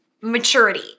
maturity